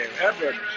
Edwards